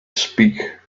speak